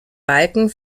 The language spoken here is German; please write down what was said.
balken